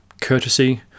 courtesy